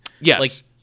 Yes